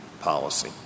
policy